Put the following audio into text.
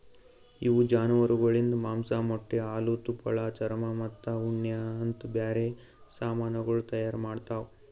ಇವು ಜಾನುವಾರುಗೊಳಿಂದ್ ಮಾಂಸ, ಮೊಟ್ಟೆ, ಹಾಲು, ತುಪ್ಪಳ, ಚರ್ಮ ಮತ್ತ ಉಣ್ಣೆ ಅಂತ್ ಬ್ಯಾರೆ ಸಮಾನಗೊಳ್ ತೈಯಾರ್ ಮಾಡ್ತಾವ್